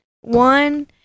One